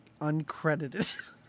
uncredited